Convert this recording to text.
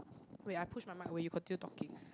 wait I push my mic away you got continue talking ah